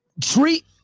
Treat